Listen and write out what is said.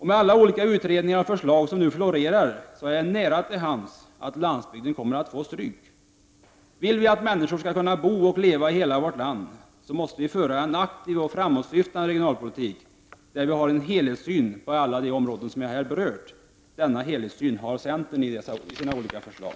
Med alla olika utredningar och förslag som florerar ligger det nära till hands att landsbygden kommer att få ta stryk. Vill vi att människor skall kunna bo och leva i hela vårt land, måste vi föra en aktiv och framåtsyftande regionalpolitik, där man har en helhetssyn på alla de områden som jag har berört. Denna helhetssyn har centern i sina olika förslag.